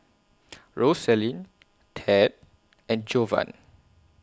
Rosalyn Tad and Jovan